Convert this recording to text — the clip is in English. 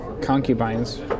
concubines